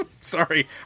Sorry